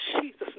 Jesus